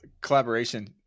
collaboration